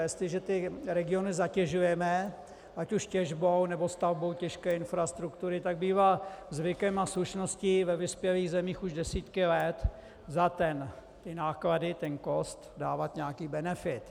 A jestliže regiony zatěžujeme, ať už těžbou, nebo stavbou těžké infrastruktury, bývá zvykem a slušností ve vyspělých zemích už desítky let za náklady, ten cost, dávat nějaký benefit.